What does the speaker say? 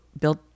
built